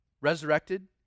resurrected